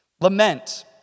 lament